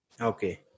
okay